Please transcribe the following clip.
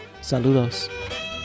saludos